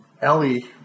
Ellie